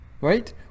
Right